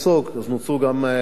אז נוצרו גם בולענים.